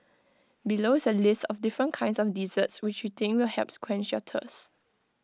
below is A list of different kinds of desserts which we think will help quench your thirst